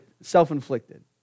self-inflicted